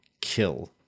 kill